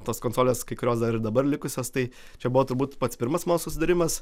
tos konsolės kai kurios dar ir dabar likusios tai čia buvo turbūt pats pirmas mano susidūrimas